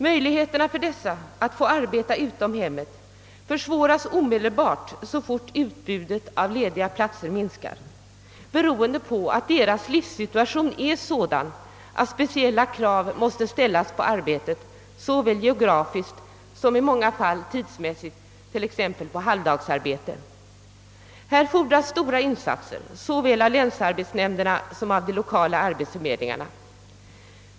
Möjligheterna för dessa att få arbeta utanför hemmet försvåras omedelbart så fort utbudet av lediga platser minskar, beroende på att deras livssituation är sådan, att speciella krav måste ställas på arbetet, såväl geografiskt som i många fall tidsmässigt, t.ex. på halvdagsarbete. Här fordras stora insatser, såväl av länsarbetsnämnderna som av de lokala arbetsförmedlingarna.